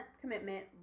commitment